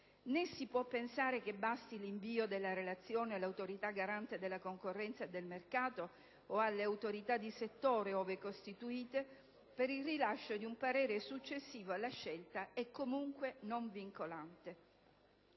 neanche pensare che basti l'invio della relazione all'Autorità garante della concorrenza del mercato o alle Autorità di settore, ove costituite, per il rilascio di un parere successivo alla scelta e, comunque, non vincolante.